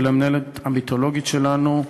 למנהלת הוועדה המיתולוגית שלנו,